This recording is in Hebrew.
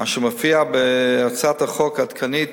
אשר מופיעה בהצעת החוק העדכנית,